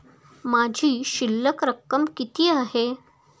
माझी शिल्लक रक्कम किती आहे?